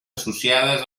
associades